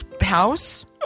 house